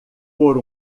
por